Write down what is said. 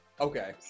okay